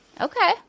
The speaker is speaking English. okay